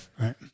Right